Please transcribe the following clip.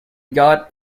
got